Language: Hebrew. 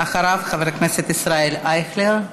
אחריו, חבר הכנסת ישראל אייכלר.